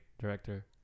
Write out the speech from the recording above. director